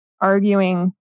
arguing